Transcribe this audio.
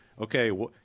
okay